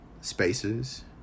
spaces